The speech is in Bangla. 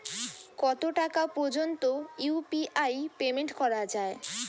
কত টাকা পর্যন্ত ইউ.পি.আই পেমেন্ট করা যায়?